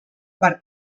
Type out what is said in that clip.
per